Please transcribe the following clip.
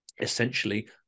essentially